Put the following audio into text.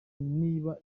niba